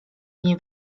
nie